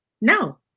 no